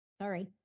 Sorry